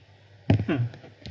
mm